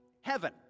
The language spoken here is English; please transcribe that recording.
heaven